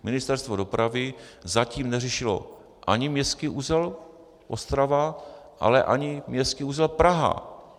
Ministerstvo dopravy zatím neřešilo ani městský uzel Ostrava, ale ani městský uzel Praha.